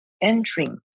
entering